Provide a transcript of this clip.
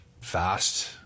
fast